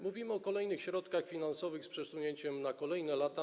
Mówimy o kolejnych środkach finansowych z przesunięciem na kolejne lata.